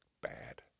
bad